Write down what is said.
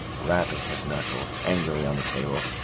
rapping his knuckles angrily on the table,